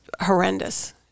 horrendous